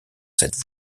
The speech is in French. cette